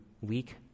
weak